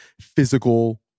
physical